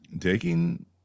taking